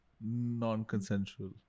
Non-consensual